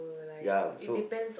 ya so